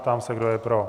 Ptám se, kdo je pro.